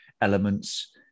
elements